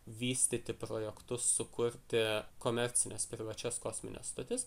vystyti projektus sukurti komercines privačias kosmines stotis